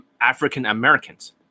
African-Americans